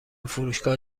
فروشگاه